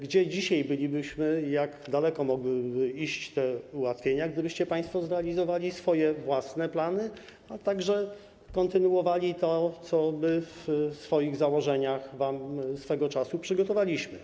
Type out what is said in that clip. Gdzie dzisiaj bylibyśmy, jak daleko mogłyby iść te ułatwienia, gdybyście państwo zrealizowali swoje własne plany, a także kontynuowali to, co w swoich założeniach wam swego czasu przygotowaliśmy?